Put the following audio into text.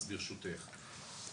אז ברשותך.